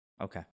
Okay